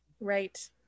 Right